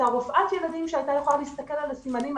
את רופאת הילדים שהייתה יכולה להסתכל על הסימנים.